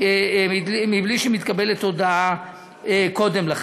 הודעה קודם לכן.